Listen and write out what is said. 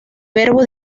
verbo